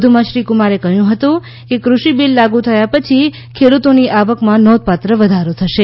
વધુમાં શ્રી કુમારે કહ્યું હતું કે કૃષિ બિલ લાગુ થયા પછી ખેડૂતોની આવકમાં નોંધપાત્ર વધારો થશે